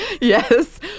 Yes